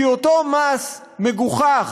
כי אותו מס מגוחך